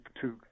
two